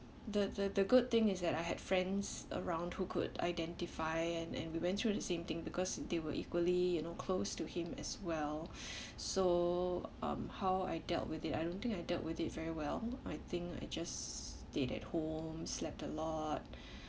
the the the good thing is that I had friends around who could identify and and we went through the same thing because they were equally you know close to him as well so um how I dealt with it I don't think I dealt with it very well I think I just stayed at home slept a lot